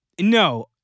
No